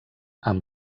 amb